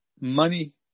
money